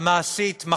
המעשית,